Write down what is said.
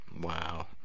Wow